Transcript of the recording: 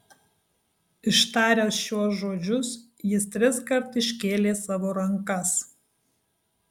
ištaręs šiuos žodžius jis triskart iškėlė savo rankas